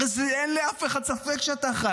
אין לאף אחד ספק שאתה אחראי,